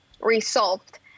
resolved